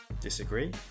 Disagree